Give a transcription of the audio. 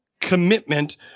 commitment